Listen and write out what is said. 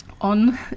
on